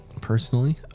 personally